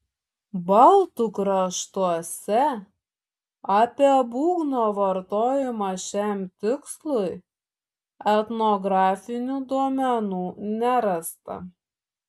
baltų kraštuose apie būgno vartojimą šiam tikslui etnografinių duomenų nerasta